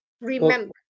remember